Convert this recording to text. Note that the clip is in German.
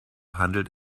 handelt